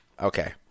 Okay